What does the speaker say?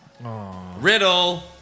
Riddle